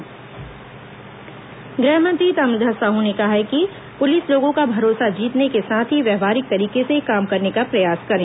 गृह मंत्री बैठक गृह मंत्री ताम्रध्वज साहू ने कहा है कि पूलिस लोगों का भरोसा जीतने के साथ ही व्यावहारिक तरीके से काम करने का प्रयास करें